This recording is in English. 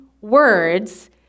words